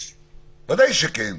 ודאי שכן.